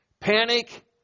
Panic